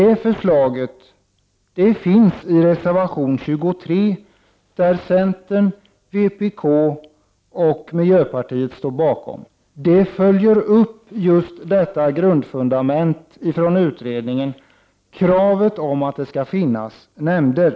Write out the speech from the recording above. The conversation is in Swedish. Ett förslag om detta finns i reservation 23, som centern, vpk och miljöpartiet står bakom. I denna reservation följer vi upp just detta grundfundament, kravet på att det skall finnas nämnder.